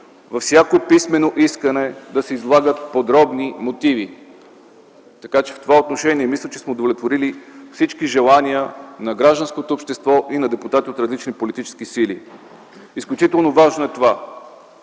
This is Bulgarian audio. във всяко писмено искане да се излагат подробни мотиви. Така че в това отношение мисля сме удовлетворили всички желания на гражданското общество и на депутати от различни политически сили. Изключително важно е,